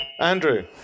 Andrew